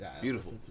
Beautiful